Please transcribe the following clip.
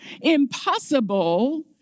Impossible